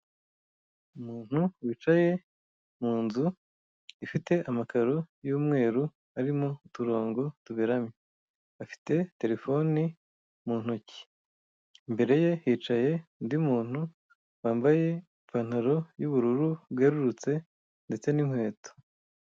Umuntu wicaye munzu irimo amakaro y'umweru arimo uturongo tuberamye afite telefone mu ntoki imbere ye hicaye undi muntu wambaye ipantaro y'ubururu bwerurutse, ndetse n'inkweto.